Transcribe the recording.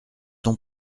ton